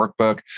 workbook